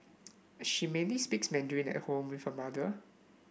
she mainly speaks Mandarin at home with her mother